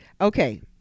Okay